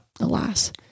alas